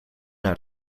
naar